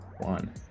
one